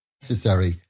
necessary